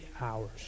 hours